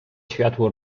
światło